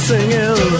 Singing